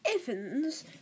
Evans